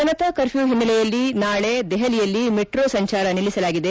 Janata curfew ಹಿನ್ನೆಲೆಯಲ್ಲಿ ನಾಳೆ ದೆಹಲಿಯಲ್ಲಿ ಮೆಟ್ರೊ ಸಂಚಾರ ನಿಲ್ಲಿಸಲಾಗಿದೆ